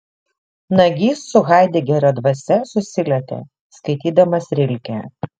nagys su haidegerio dvasia susilietė skaitydamas rilkę